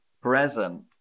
present